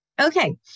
Okay